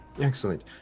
Excellent